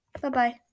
bye-bye